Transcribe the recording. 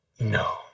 No